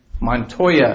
Montoya